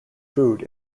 food